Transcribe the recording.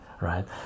right